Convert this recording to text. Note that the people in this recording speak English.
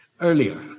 earlier